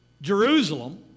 Jerusalem